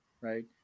right